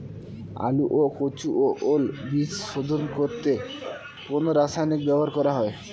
আলু ও কচু ও ওল বীজ শোধন করতে কোন রাসায়নিক ব্যবহার করা হয়?